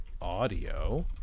Audio